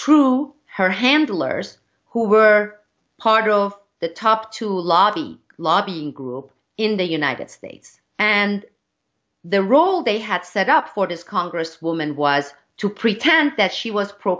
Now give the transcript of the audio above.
true her handlers who were part of the top two lobby lobbying group in the united states and the role they had set up for this congresswoman was to pretend that she was pro